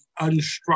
unstructured